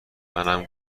منم